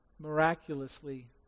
miraculously